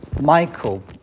Michael